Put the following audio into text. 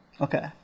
Okay